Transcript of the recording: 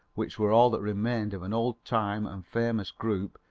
which were all that remained of an old-time and famous group,